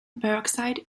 peroxide